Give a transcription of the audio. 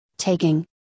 Taking